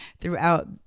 throughout